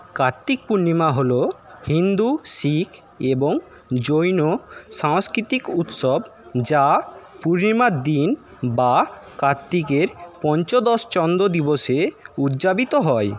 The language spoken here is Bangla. কার্তিক পূর্ণিমা হল হিন্দু শিখ এবং জৈন সাংস্কৃতিক উৎসব যা পূর্ণিমার দিন বা কার্তিকের পঞ্চদশ চন্দ্র দিবসে উদযাপিত হয়